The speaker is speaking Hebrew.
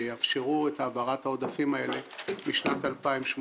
שיאפשרו את העברת העודפים האלה משנת 2018